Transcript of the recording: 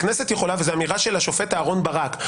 הכנסת יכולה, וזאת אמירה של השופט אהרון ברק.